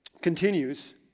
continues